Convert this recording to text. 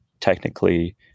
technically